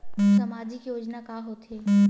सामाजिक योजना का होथे?